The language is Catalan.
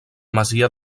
masia